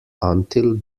until